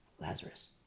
lazarus